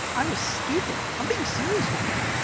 i was stupid, i'm being serious with you.